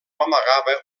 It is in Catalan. amagava